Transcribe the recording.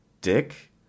dick